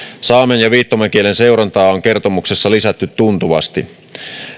saamen ja viittomakielen seurantaa on kertomuksessa lisätty tuntuvasti